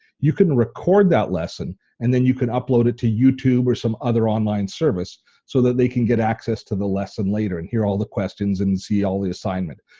you can record that lesson and then you can upload it to youtube or some other online service so that they can get access to the lesson later and hear all the questions and see all the assignment.